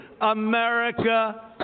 America